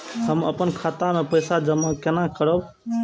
हम अपन खाता मे पैसा जमा केना करब?